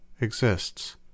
exists